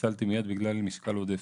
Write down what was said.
נפסלתי מיד בגלל משקל עודף.